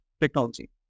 technology